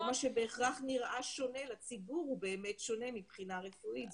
מה שבהכרח שונה לציבור הוא באמת שונה מבחינה רפואית.